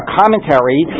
commentary